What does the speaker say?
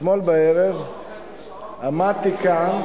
אתמול בערב עמדתי כאן,